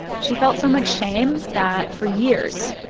she felt so much shame that for years,